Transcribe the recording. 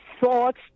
thoughts